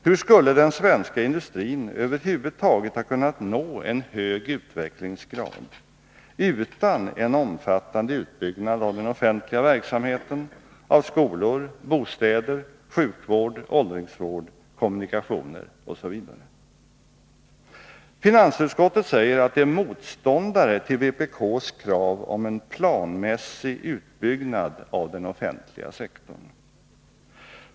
Hur skulle den svenska industrin över huvud taget ha kunnat nå en hög utvecklingsgrad utan en omfattande utbyggnad av den offentliga verksamheten, av skolor, bostäder, sjukvård, åldringsvård, kommunikationer osv.? Finansutskottet säger att det är motståndare till vpk:s krav på en planmässig utbyggnad av den offentliga sektorn.